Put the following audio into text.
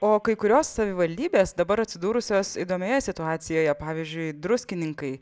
o kai kurios savivaldybės dabar atsidūrusios įdomioje situacijoje pavyzdžiui druskininkai